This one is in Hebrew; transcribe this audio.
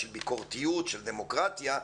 של ביקורתיות ושל דמוקרטיה,